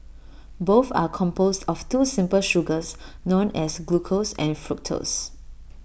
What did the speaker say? both are composed of two simple sugars known as glucose and fructose